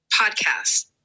podcast